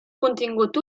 contingut